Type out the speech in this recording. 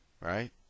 right